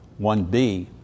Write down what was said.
1B